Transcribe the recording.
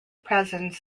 presence